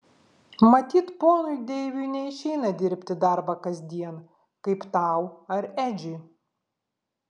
matyt ponui deiviui neišeina dirbti darbą kasdien kaip tau ar edžiui